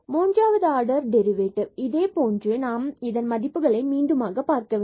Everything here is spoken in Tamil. மூன்றாவது ஆர்டர் டெரிவேட்டிவ் இதேபோன்ற நாம் இதன் மதிப்புகளை மீண்டுமாக பார்க்கவேண்டும்